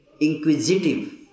inquisitive